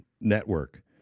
network